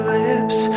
lips